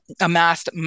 amassed